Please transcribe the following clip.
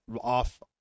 off